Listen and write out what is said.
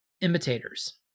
imitators